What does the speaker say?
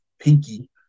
pinky